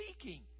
speaking